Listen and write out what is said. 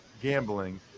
gambling